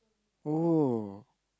oh